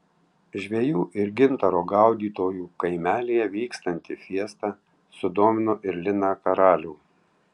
žvejų ir gintaro gaudytojų kaimelyje vykstanti fiesta sudomino ir liną karalių